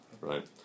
Right